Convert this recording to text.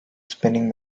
spinning